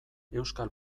euskal